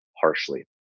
harshly